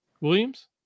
Williams